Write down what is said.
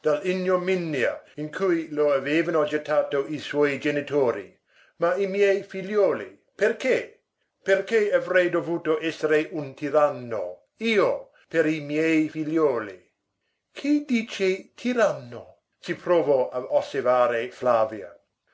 in cui lo avevano gettato i suoi genitori ma i miei figliuoli perché perché avrei dovuto essere un tiranno io per i miei figliuoli chi dice tiranno si provò a osservare flavia